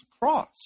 cross